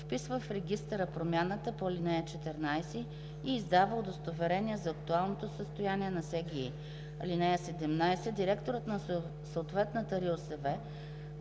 вписва в регистъра промяната по ал. 14 и издава удостоверение за актуалното състояние на СГИ. (17) Директорът на съответната РИОСВ